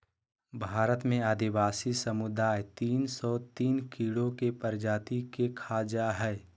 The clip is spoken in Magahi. भारत में आदिवासी समुदाय तिन सो तिन कीड़ों के प्रजाति के खा जा हइ